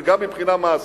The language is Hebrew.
וגם מבחינה מעשית,